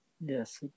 Yes